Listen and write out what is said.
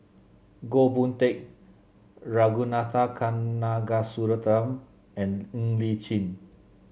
Goh Boon Teck Ragunathar Kanagasuntheram and Ng Li Chin